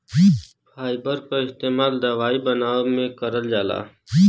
fibre क इस्तेमाल दवाई बनावे में करल जाला